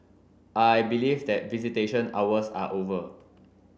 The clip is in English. I believe that visitation hours are over